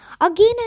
Again